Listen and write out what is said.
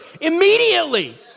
immediately